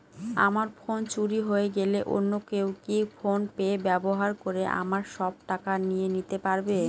আমার ফোন চুরি হয়ে গেলে অন্য কেউ কি ফোন পে ব্যবহার করে আমার সব টাকা নিয়ে নিতে পারবে?